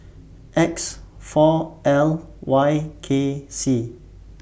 X four L Y K C